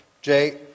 Jay